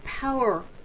power